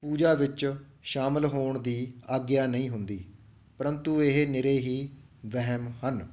ਪੂਜਾ ਵਿੱਚ ਸ਼ਾਮਿਲ ਹੋਣ ਦੀ ਆਗਿਆ ਨਹੀਂ ਹੁੰਦੀ ਪਰੰਤੂ ਇਹ ਨਿਰੇ ਹੀ ਵਹਿਮ ਹਨ